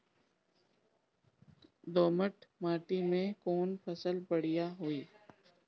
दोमट माटी में कौन फसल बढ़ीया होई?